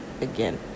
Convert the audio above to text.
again